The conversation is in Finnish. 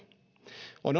on